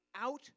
out